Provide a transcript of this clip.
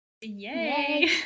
Yay